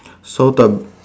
so the